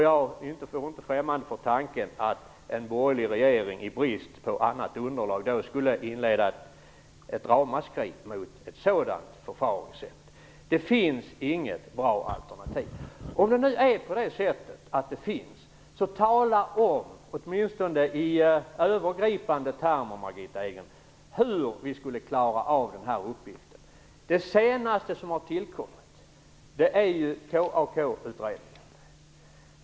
Jag är inte främmande för tanken att en borgerlig regering i brist på annat underlag kunde inleda ett ramaskri mot ett sådant förfaringssätt. Det finns inget bra alternativ. Om det nu skulle finnas, så tala om, Margitta Edgren, i varje fall i övergripande termer hur vi skulle klara av den uppgiften. Det senaste som har tillkomit är KAK-utredningen.